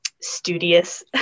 studious